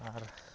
ᱟᱨ